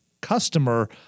customer